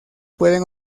pueden